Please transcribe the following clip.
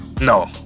No